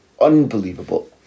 unbelievable